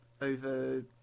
Over